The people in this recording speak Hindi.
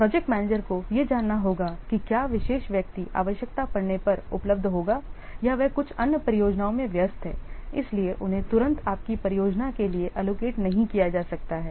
इसलिए प्रोजेक्ट मैनेजर को यह जानना होगा कि क्या विशेष व्यक्ति आवश्यकता पड़ने पर उपलब्ध होगा या वे कुछ अन्य परियोजनाओं में व्यस्त हैं इसलिए उन्हें तुरंत आपकी परियोजना के लिए एलोकेट नहीं किया जा सकता है